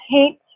paint